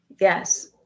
Yes